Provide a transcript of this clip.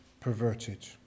perverted